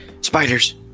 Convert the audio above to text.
Spiders